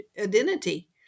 identity